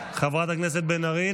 חברת הכנסת בן ארי?